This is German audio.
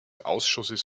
ausschusses